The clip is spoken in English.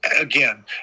again